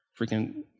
freaking